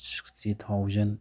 sixty thousand